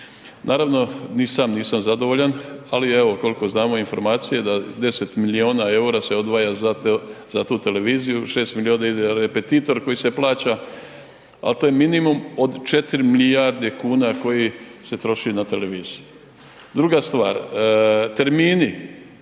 Naravno, ni sam nisam zadovoljan, ali evo kolko znamo informacije da 10 milijuna EUR-a se odvaja za tu televiziju, 6 milijuna ide repetitor koji se plaća, al to je minimum od 4 milijarde kuna koji se troši na televiziji. Druga stvar, termini